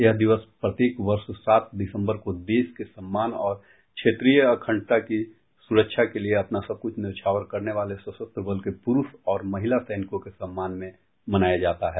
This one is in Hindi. यह दिवस प्रत्येक वर्ष सात दिसम्बर को देश के सम्मान और क्षेत्रीय अखंडता की सुरक्षा के लिए अपना सब कुछ न्यौछावर करने वाले सशस्त्र बल के पुरूष और महिला सैनिकों के सम्मान में मनाया जाता है